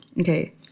okay